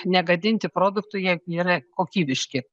negadinti produktų jie yra kokybiški